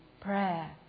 prayer